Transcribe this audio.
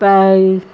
இப்போ